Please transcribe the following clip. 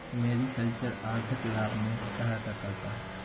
mariculture आर्थिक लाभ में सहायता करता है